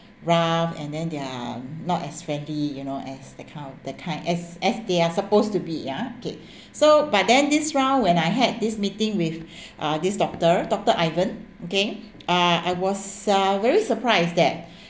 rough and then they are not as friendly you know as the kind of the kind as as they are supposed to be ah okay so but then this round when I had this meeting with uh this doctor doctor ivan okay uh I was uh very surprised that